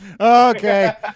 Okay